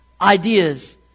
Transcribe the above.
ideas